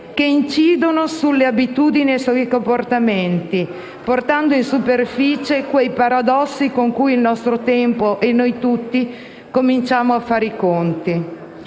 anche sulle abitudini e sui comportamenti portando in superficie quei paradossi con cui il nostro tempo e noi tutti cominciamo a fare i conti.